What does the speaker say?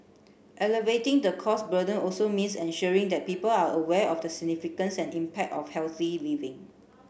alleviating the cost burden also means ensuring that people are aware of the significance and impact of healthy living